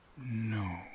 no